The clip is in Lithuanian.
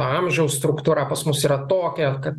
amžiaus struktūra pas mus yra tokia kad